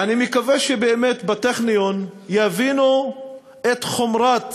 אני מקווה שבאמת בטכניון יבינו את חומרת